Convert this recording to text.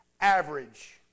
average